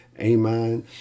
Amen